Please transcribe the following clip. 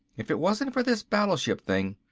if it wasn't for this battleship thing,